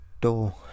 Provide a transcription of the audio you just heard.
door